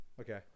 okay